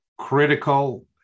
Critical